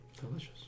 Delicious